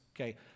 Okay